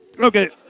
Okay